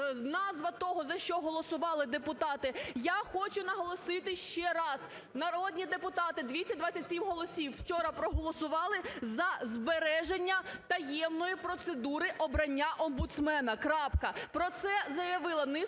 назва того, за що голосували депутати. Я хочу наголосити ще раз: народні депутати, 227 голосів, вчора проголосували за збереження таємної процедури обрання омбудсмена, крапка. Про це заявила низка